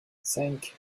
cinq